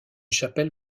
chapelle